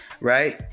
right